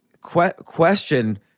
question